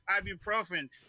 ibuprofen